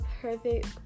perfect